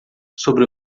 sobre